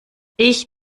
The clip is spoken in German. ich